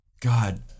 God